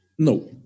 No